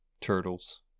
Turtles